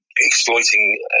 exploiting